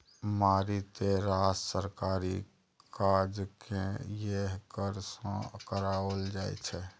मारिते रास सरकारी काजकेँ यैह कर सँ कराओल जाइत छै